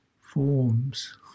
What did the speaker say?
forms